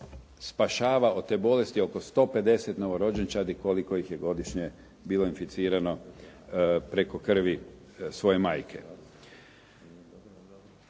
spašava od te bolesti oko 150 novorođenčadi koliko ih je godišnje bilo inficirano preko krvi svoje majke.